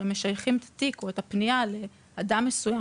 הרי משייכים את התיק או את הפנייה לאדם מסוים